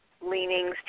leanings